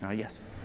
yeah yes?